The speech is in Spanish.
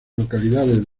localidades